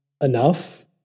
enough